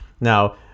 Now